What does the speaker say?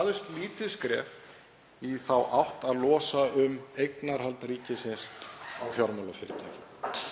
aðeins lítið skref, í þá átt að losa um eignarhald ríkisins á fjármálafyrirtækjum.